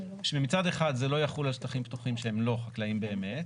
שמצד אחד זה לא יחול על שטחים פתוחים שהם לא חקלאיים באמת,